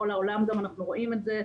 בכל העולם גם אנחנו רואים את זה,